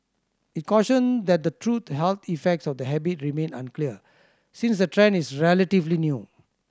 it cautioned that the true health effects of the habit remain unclear since the trend is relatively new